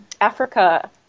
Africa